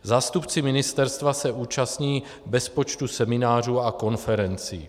Zástupci ministerstva se účastní bezpočtu seminářů a konferencí.